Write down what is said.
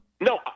No